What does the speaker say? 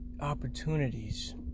opportunities